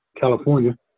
California